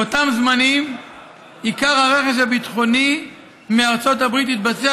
באותם זמנים עיקר הרכש הביטחוני מארצות הברית התבצע